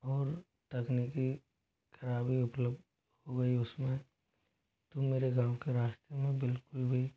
और तकनीकि खराबी उपलब हो गई उसमें तो मेरे गाँव के रास्ते में बिल्कुल भी